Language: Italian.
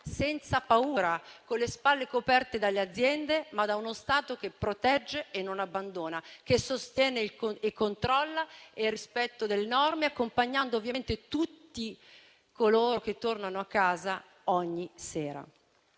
senza paura, con le spalle coperte dalle aziende e da uno Stato che protegge e non abbandona, che sostiene e controlla il rispetto delle norme, accompagnando tutti coloro che tornano a casa ogni sera.